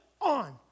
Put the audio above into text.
on